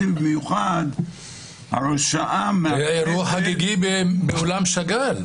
היה אירוע חגיגי באולם שאגאל.